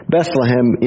Bethlehem